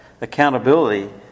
accountability